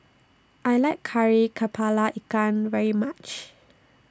I like Kari Kepala Ikan very much